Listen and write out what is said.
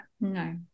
no